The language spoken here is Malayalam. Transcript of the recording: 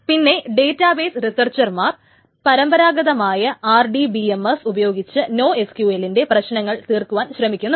പിന്നെ ഡേറ്റാബേസ് റിസർച്ചർമാർ പരമ്പരാഗതമായ RDBMS ഉപയോഗിച്ച് നോഎസ്ക്യൂഎൽന്റെ പ്രശ്നങ്ങൾ തീർക്കുവാൻ ശ്രമിക്കുന്നുണ്ട്